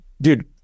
Dude